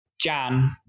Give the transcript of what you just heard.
Jan